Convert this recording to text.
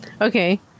Okay